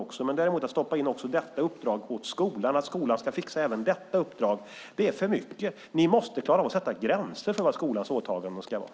Om man däremot stoppar in också detta uppdrag i skolan så att den ska fixa även detta blir det för mycket. Ni måste klara av att sätta gränser för vad skolans åtaganden ska vara.